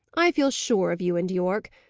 i feel sure of you and yorke.